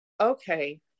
okay